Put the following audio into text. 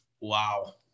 Wow